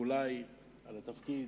איחולי על התפקיד.